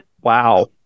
wow